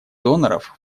доноров